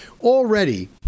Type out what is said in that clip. already